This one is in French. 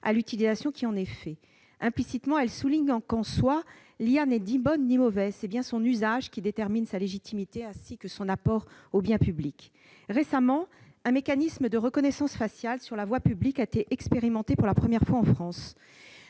à l'utilisation qui en est faite. Implicitement, elle souligne que l'intelligence artificielle n'est ni bonne ni mauvaise en soi ; c'est bien son usage qui détermine sa légitimité, ainsi que son apport au bien public. Récemment, un mécanisme de reconnaissance faciale sur la voie publique a été expérimenté pour la première fois en France.